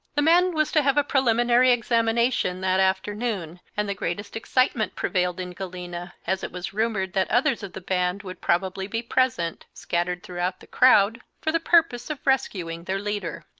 the man was to have a preliminary examination that afternoon, and the greatest excitement prevailed in galena, as it was rumored that others of the band would probably be present, scattered throughout the crowd, for the purpose of rescuing their leader.